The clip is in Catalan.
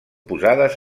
posades